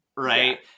right